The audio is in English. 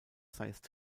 sized